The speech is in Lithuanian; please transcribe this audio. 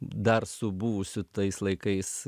dar su buvusiu tais laikais